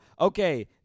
Okay